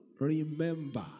Remember